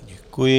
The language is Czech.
Děkuji.